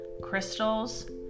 crystals